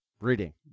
reading